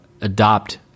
adopt